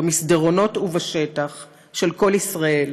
במסדרונות ובשטח של 'קול ישראל',